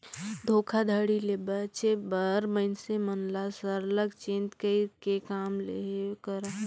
धोखाघड़ी ले बाचे बर मइनसे मन ल सरलग चेत कइर के काम लेहे कर अहे